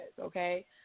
okay